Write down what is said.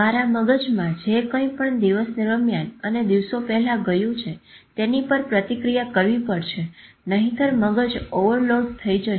તમારા મગજમાં જે કંઈપણ દિવસ દરમિયાન અને દીવશો પહેલા ગયું છે તેથી પર પ્રતિક્રિયા કરવી પડશે નહિતર મગજ ઓવરલોડ થઇ જશે